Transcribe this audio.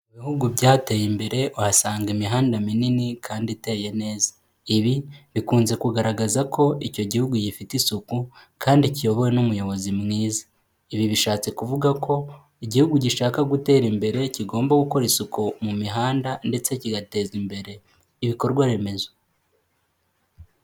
Ibihugu byateye imbere uhasanga imihanda minini kandi iteye neza; ibi bikunze kugaragaza ko icyo gihugu gifite isuku kandi kiyobowe n'umuyobozi mwiza; ibi bishatse kuvuga ko igihugu gishaka gutera imbere kigomba gukora isuku mu mihanda ndetse kigateza imbere ibikorwa remezo.